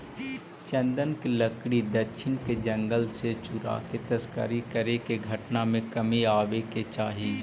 चन्दन के लकड़ी दक्षिण के जंगल से चुराके तस्करी करे के घटना में कमी आवे के चाहि